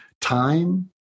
Time